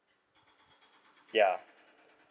ya